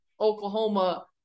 Oklahoma